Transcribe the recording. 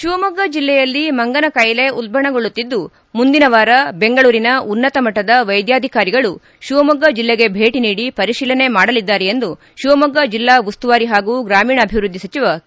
ಶಿವಮೊಗ್ಗ ಜಿಲ್ಲೆಯಲ್ಲಿ ಮಂಗನಕಾಯಿಲೆ ಉಲ್ಲಣಗೊಳ್ಳುತ್ತಿದ್ದು ಮುಂದಿನವಾರ ಬೆಂಗಳೂರಿನ ಉನ್ನತ ಮಟ್ಟದ ವೈದ್ಯಾಧಿಕಾರಿಗಳು ಶಿವಮೊಗ್ಗ ಜಲ್ಲಿಗೆ ಭೇಟಿ ನೀಡಿ ಪರಿಶೀಲನೆ ಮಾಡಲಿದ್ದಾರೆ ಎಂದು ಶಿವಮೊಗ್ಗ ಜಿಲ್ಲಾ ಉಸ್ತುವಾರಿ ಹಾಗೂ ಗ್ರಾಮೀಣಾಭಿವೃದ್ದಿ ಸಚಿವ ಕೆ